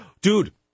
Dude